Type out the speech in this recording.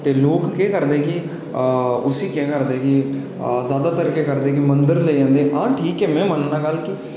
ते लोक केह् करदे की उस्सी केह् करदे की जादातर केह् करदे कि मंदर लेई जन्ने आं ठीक ऐ में मन्नना गल्ल कि